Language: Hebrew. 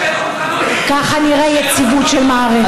ככה נראית יציבות של מערכת.